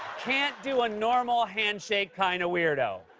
can't do a normal handshake kind of weirdo.